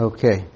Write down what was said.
Okay